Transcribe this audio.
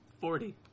Forty